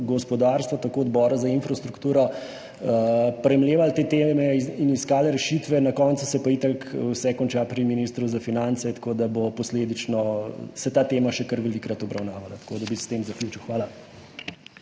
gospodarstvo in Odbora za infrastrukturo premlevali te teme in iskali rešitve, na koncu se pa itak vse konča pri ministru za finance, tako da se bo posledično ta tema še kar velikokrat obravnavala, zato bi s tem zaključil. Hvala.